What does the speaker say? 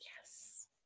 Yes